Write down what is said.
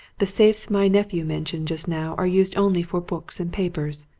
the safes my nephew mentioned just now are used only for books and papers.